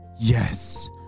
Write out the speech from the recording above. Yes